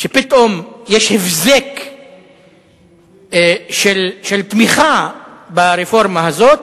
שפתאום יש הבזק של תמיכה ברפורמה הזאת,